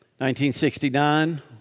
1969